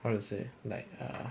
how to say like err